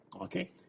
okay